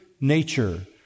nature